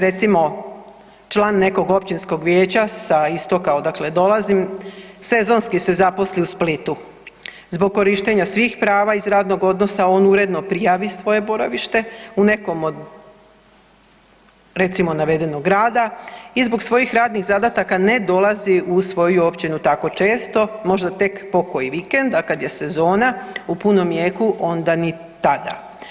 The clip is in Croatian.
Recimo član nekog općinskog vijeća sa istoka odakle dolazim, sezonski se zaposli u Splitu zbog korištenja svih prava iz radnog odnosa on uredno prijavi svoje boravište u nekom od recimo navedenog grada i zbog radnih zadataka ne dolazi u svoju općinu tako često, možda tek pokoji vikend, a kad je sezona u punom jeku onda ni tada.